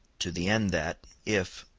to the end that, if,